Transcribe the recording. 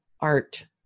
art